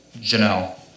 Janelle